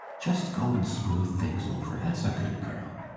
just go and smooth things over that's a good girl.